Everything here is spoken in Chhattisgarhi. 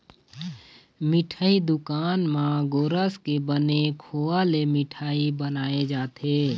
मिठई दुकान म गोरस के बने खोवा ले मिठई बनाए जाथे